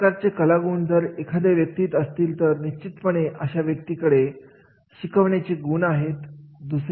अशा प्रकारचे कलागुण जर एखाद्या व्यक्तीत असेल तर निश्चितपणे अशा व्यक्तीकडे शिकवण्याची गुण आहे